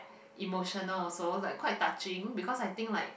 emotional also like quite touching because I think like